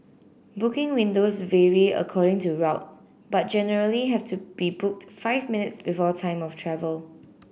booking windows vary according to route but generally have to be booked five minutes before time of travel